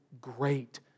great